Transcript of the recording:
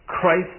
Christ